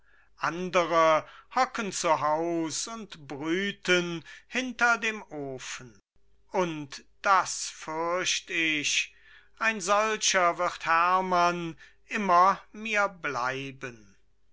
andere hocken zu haus und brüten hinter dem ofen und das fürcht ich ein solcher wird hermann immer mir bleiben